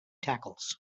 tackles